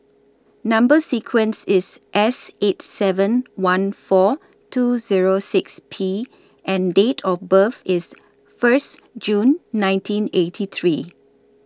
Number sequence IS S eight seven one four two Zero six P and Date of birth IS First June nineteen eighty three